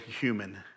human